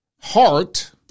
heart